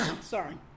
Sorry